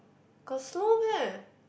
got slow meh